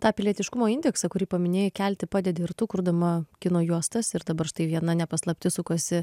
tą pilietiškumo indeksą kurį paminėjai kelti padedi ir tu kurdama kino juostas ir dabar štai viena ne paslaptis sukasi